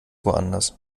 woanders